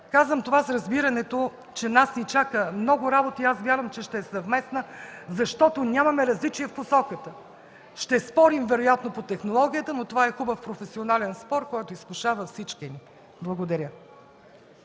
Казвам това с разбирането, че ни чака много работа и аз вярвам, че ще е съвместна, защото нямаме различия в посоката. Ще спорим вероятно по технологията, но това е хубав, професионален спор, който изкушава всички ни. Благодаря.